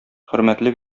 хөрмәтле